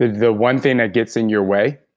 the one thing that gets in your way?